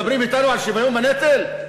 מדברים אתנו על שוויון בנטל?